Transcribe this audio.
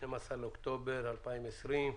12 באוקטובר 2020,